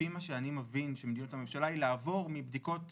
לפי מה שאני מבין מדיניות הממשלה היא לעבור מהמתכונת